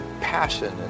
passion